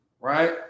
right